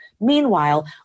Meanwhile